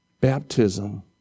Baptism